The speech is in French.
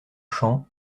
champ